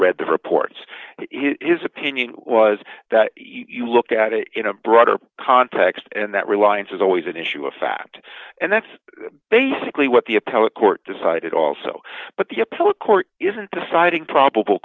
read the reports his opinion was that you look at it in a broader context and that reliance is always an issue of fact and that's basically what the appellate court decided also but the appellate court isn't deciding probable